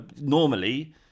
normally